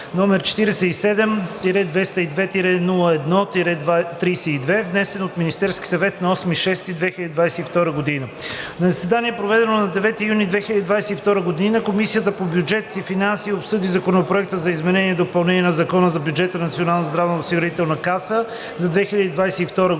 г., № 47-202-01-32, внесен от Министерския съвет на 8 юни 2022 г. На заседание, проведено на 9 юни 2022 г., Комисията по бюджет и финанси обсъди Законопроекта за изменение и допълнение на Закона за бюджета на Националната